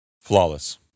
flawless